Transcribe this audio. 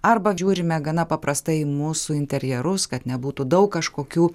arba žiūrime gana paprastai į mūsų interjerus kad nebūtų daug kažkokių